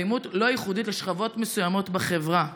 האלימות לא ייחודית לשכבות מסוימות בחברה.